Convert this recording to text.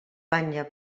banya